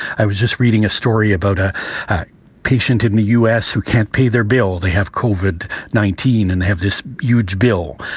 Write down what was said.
i was just reading a story about a patient in the u s. who can't pay their bill. they have covered nineteen and they have this huge bill.